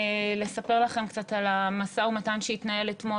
לספר לכם קצת על המשא ומתן שהתנהל אתמול